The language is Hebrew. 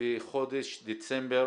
בחודש דצמבר